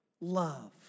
love